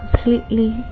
completely